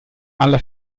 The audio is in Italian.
alla